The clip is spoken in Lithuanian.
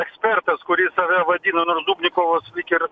ekspertas kuri save vadina nors dubnikovas lyg ir